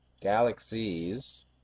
galaxies